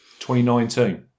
2019